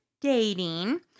dating